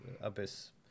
Abyss